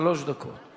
שלוש דקות.